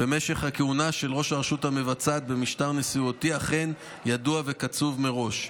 ומשך הכהונה של ראש הרשות המבצעת במשטר נשיאותי אכן ידוע וקצוב מראש,